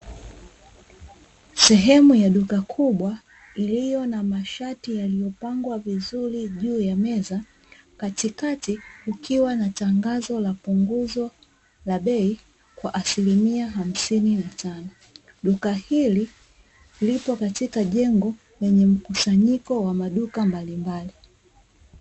Sehemu ya duka kubwa, lililopangwa mashati mazuri, katikati kukiwa na tangazo la punguzo la bei kwa asilimia hamsini na tano. Duka hili lipo katika jengo, lenye mkusanyiko wamaduka mbalimbali.